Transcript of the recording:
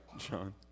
Sean